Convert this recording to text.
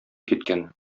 киткән